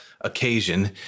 occasion